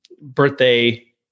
birthday